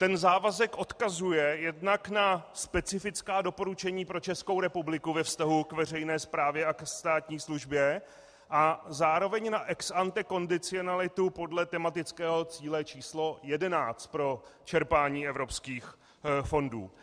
Ten závazek odkazuje jednak na specifická doporučení pro Českou republiku ve vztahu k veřejné správě a ke státní službě a zároveň na ex ante kondicionalitu podle tematického cíle číslo 11 pro čerpání evropských fondů.